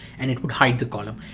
and it would hide the column.